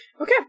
Okay